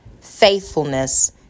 faithfulness